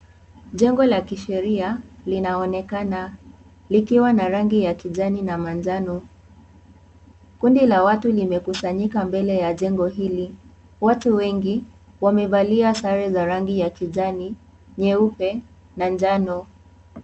Jengo la kisheria, linaonekana, likiwa na rangi ya kijani na manjano. Kundi la watu limekusanyika mbele ya jengo hili. Watu wengi, wamevalia sare za rangi ya kijani, nyeupe na njano.